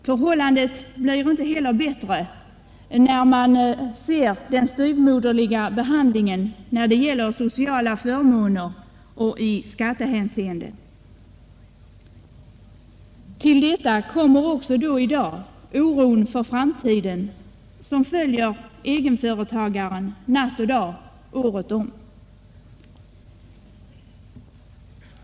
Förhållandena blir inte bättre genom den styvmoderliga behandlingen i fråga om sociala förmåner och i skattehänseende. Till detta kommer i dag osäkerheten i inkomsthänseende och den oro för framtiden som följer egenföretagaren natt och dag året om.